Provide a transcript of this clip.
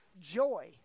joy